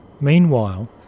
Meanwhile